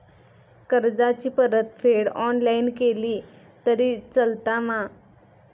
कर्जाची परतफेड ऑनलाइन केली तरी चलता मा?